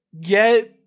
get